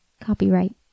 copyright